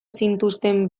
zituzten